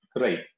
Right